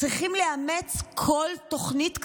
צריכים לאמץ כל תוכנית כזאת.